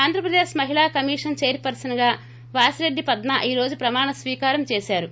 ఆంధ్రప్రదేశ్ మహిళా commission chair పర్సన్గా వాసిరెడ్డి పద్మ ఈ రోజు ప్రమాణ స్వీకారం చేశారు